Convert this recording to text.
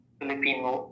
Philippine